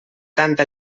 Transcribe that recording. tanta